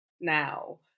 now